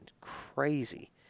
crazy